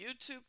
YouTube